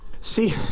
See